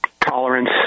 tolerance